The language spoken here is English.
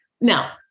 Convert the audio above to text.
Now